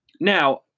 Now